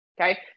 okay